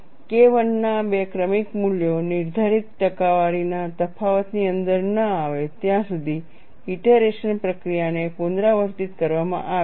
KI ના બે ક્રમિક મૂલ્યો નિર્ધારિત ટકાવારીના તફાવતની અંદર ન આવે ત્યાં સુધી ઇટરેશન પ્રક્રિયાને પુનરાવર્તિત કરવામાં આવે છે